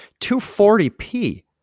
240p